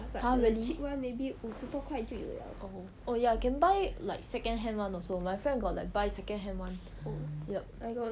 !huh! really oh oh ya can buy like second hand [one] also my friend got buy like second hand [one] yup